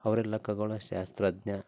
ಅವರೆಲ್ಲ ಖಗೋಳ ಶಾಸ್ತ್ರಜ್ಞ